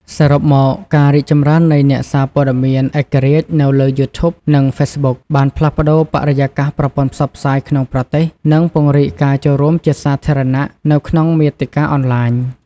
សរុបមក ការរីកចម្រើននៃអ្នកសារព័ត៌មានឯករាជ្យនៅលើ YouTube និង Facebook បានផ្លាស់ប្តូរបរិយាកាសប្រព័ន្ធផ្សព្វផ្សាយក្នុងប្រទេស និងពង្រីកការចូលរួមជាសាធារណៈនៅក្នុងមាតិកាអនឡាញ។